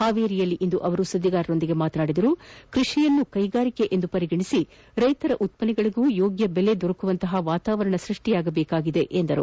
ಹಾವೇರಿಯಲ್ಲಿಂದು ಸುದ್ಲಿಗಾರರೊಂದಿಗೆ ಮಾತನಾಡಿದ ಅವರು ಕ್ವಷಿಯನ್ನು ಕೈಗಾರಿಕೆ ಎಂದು ಪರಿಗಣಿಸಿ ರೈತರ ಉತ್ಪನ್ನಗಳಗೂ ಯೋಗ್ನ ಬೆಲೆ ದೊರಕುವಂತ ವಾತಾವರಣ ಸೃಷ್ಷಿಸದೇಕಿದೆ ಎಂದರು